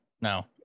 no